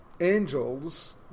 angels